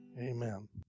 Amen